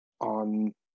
on